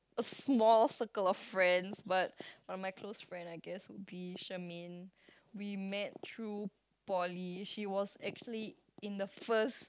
a small circle of friends but but my close friend I guess would be Shermaine we met through poly she was actually in the first